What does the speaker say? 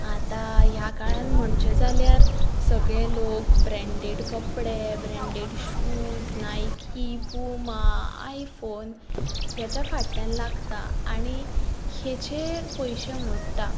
आतां ह्या काळांत म्हणचें जाल्यार सगळे लोक ब्रॅन्डेड कपडे branded shoes Nike Puma iPhone हेजे फाटल्यान लागता आनी हेजेर पयशे मोडटा